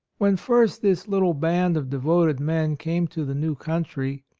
when first this little band of devoted men came to the new country,